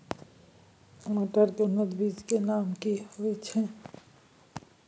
मटर के उन्नत बीज के नाम की होयत ऐछ?